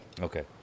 Okay